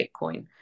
Bitcoin